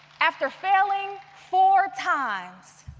after failing four times,